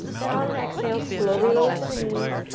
then, on an exhale, slowly lower to the knees.